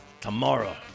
Tomorrow